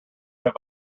have